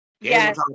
Yes